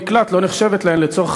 עצמה.